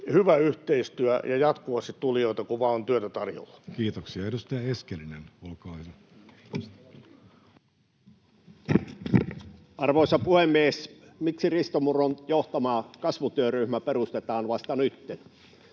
hyvä yhteistyö ja jatkuvasti tulijoita, kun vain on työtä tarjolla. Kiitoksia. — Edustaja Eskelinen, olkaa hyvä. Arvoisa puhemies! Miksi Risto Murron johtama kasvutyöryhmä perustetaan vasta nytten?